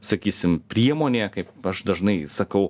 sakysim priemonė kaip aš dažnai sakau